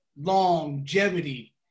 longevity